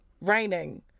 raining